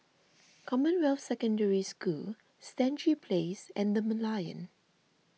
Commonwealth Secondary School Stangee Place and the Merlion